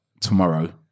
tomorrow